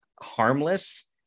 harmless